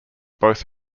both